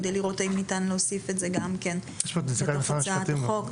כדי לראות אם ניתן להוסיף את זה לתוך הצעת החוק.